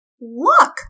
Look